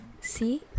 See